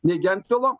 nei gentvilo